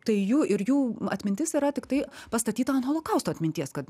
tai jų ir jų atmintis yra tiktai pastatyta ant holokausto atminties kad